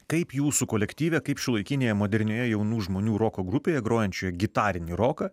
kaip jūsų kolektyve kaip šiuolaikinėje modernioje jaunų žmonių roko grupėje grojančioje gitarinį roką